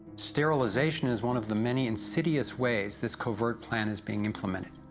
sterilization is one of the many insidious ways, this covert plan is being implemented.